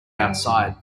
outside